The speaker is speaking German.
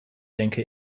denke